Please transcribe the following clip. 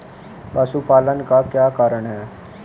पशुपालन का क्या कारण है?